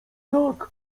tak